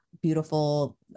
beautiful